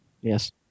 Yes